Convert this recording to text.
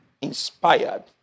inspired